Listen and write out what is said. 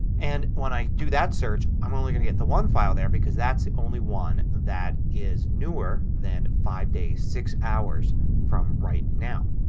and when i do that search i'm only going to get the one file there because that's the only one that is newer than five days six hours from right now.